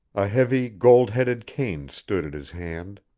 a heavy gold-headed cane stood at his hand.